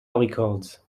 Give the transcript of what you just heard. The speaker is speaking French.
records